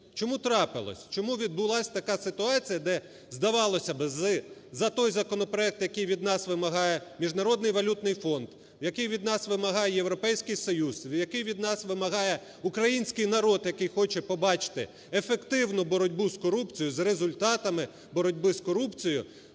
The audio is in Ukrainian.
Чому трапилось, чому відбулась така ситуація, де здавалося, за той законопроект, який від нас вимагає Міжнародний валютний фонд, який від нас вимагає Європейський Союз, який від нас вимагає український народ, який хоче побачити ефективну боротьбу з корупцією, з результатами боротьби з корупцією.